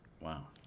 Wow